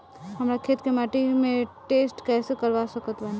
हमरा खेत के माटी के टेस्ट कैसे करवा सकत बानी?